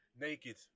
naked